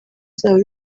zabo